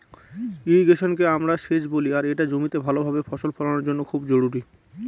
ইর্রিগেশনকে আমরা সেচ বলি আর এটা জমিতে ভাল ভাবে ফসল ফলানোর জন্য খুব জরুরি